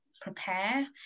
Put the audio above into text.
prepare